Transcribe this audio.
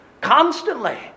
constantly